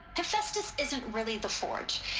hephaestus isn't really the forge.